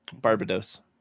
barbados